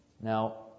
Now